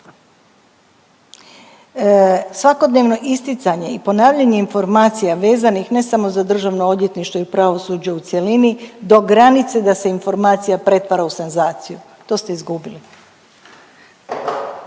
svakodnevno isticanje i ponavljanje informacija vezanih ne samo za Državno odvjetništvo i pravosuđe u cjelini do granice da se informacija pretvara u senzaciju. To ste izgubili.